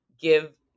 give